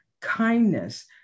kindness